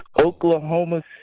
Oklahoma